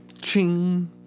Ching